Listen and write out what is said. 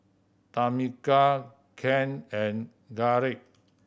Tamica Kennth and Garret